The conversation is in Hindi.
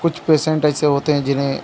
कुछ पेसेंट ऐसे होते हैं जिन्हें